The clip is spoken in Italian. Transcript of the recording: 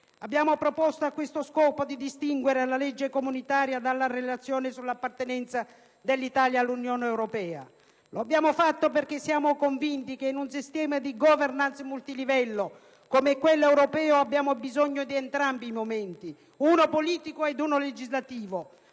Abbiamo proposto a questo scopo di distinguere la legge comunitaria dalla Relazione sull'appartenenza dell'Italia all'Unione europea: lo abbiamo fatto perché siamo convinti che in un sistema di *governance* multilivello come è quello europeo, abbiamo bisogno di entrambi i momenti, uno politico ed uno legislativo,